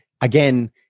Again